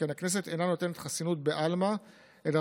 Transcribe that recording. שכן הכנסת אינה נותנת חסינות בעלמא אלא